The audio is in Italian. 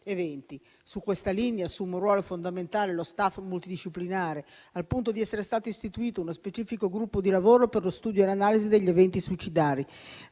Su questa linea assume un ruolo fondamentale lo *staff* multidisciplinare, al punto di essere stato istituito uno specifico gruppo di lavoro per lo studio e l'analisi degli eventi suicidari